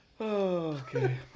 okay